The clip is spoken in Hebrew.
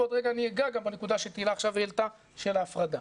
ועוד רגע אגע גם בנקודה שתהלה עכשיו העלתה של ההפרדה.